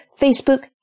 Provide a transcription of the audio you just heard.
Facebook